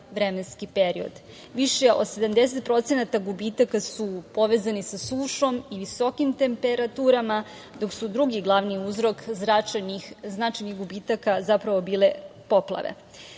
vremenski period, više od 70% gubitaka su povezani sa sušom i visokim temperaturama, dok su drugi glavni uzrok značajnih gubitaka zapravo bile